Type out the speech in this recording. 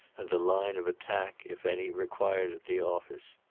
and the line of attack, if any, required at the office.